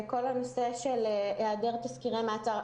כל הנושא של היעדר תסקירי מעצר.